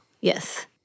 Yes